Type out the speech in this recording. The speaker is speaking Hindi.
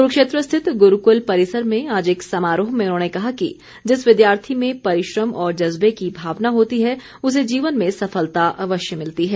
कुरूक्षेत्र स्थित गुरूकुल परिसर में आज एक समारोह में उन्होंने कहा कि जिस विद्यार्थी में परिश्रम और जज़्बे की भावना होती है उसे जीवन में सफलता अवश्य मिलती है